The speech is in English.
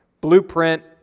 blueprint